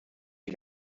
die